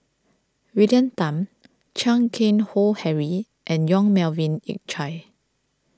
William Tan Chan Keng Howe Harry and Yong Melvin Yik Chye